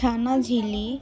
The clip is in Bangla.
ছানা ঝিলি